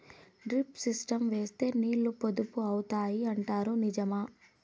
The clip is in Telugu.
డ్రిప్ సిస్టం వేస్తే నీళ్లు పొదుపు అవుతాయి అంటారు నిజమా?